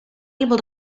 able